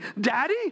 Daddy